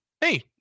hey